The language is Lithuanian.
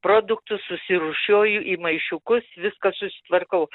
produktus susirūšiuoju į maišiukus viską susitvarkau